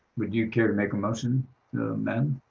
would you care to make a motion to amend,